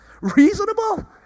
Reasonable